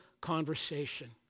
conversation